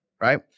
right